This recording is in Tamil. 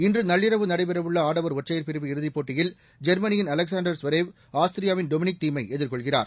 இன்று நள்ளிரவு நடைபெறவுள்ள ஆடவர் ஒற்றையர் பிரிவு இறுதிப் போட்டியில் ஜெர்மனியின் அலெக்சாண்டர் ஸ்வெரேவ் ஆஸ்திரியாவின் டொமினிக் திம் ஐ எதிர்கொள்கிறார்